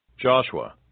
Joshua